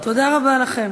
תודה רבה לכם.